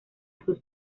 sus